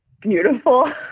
beautiful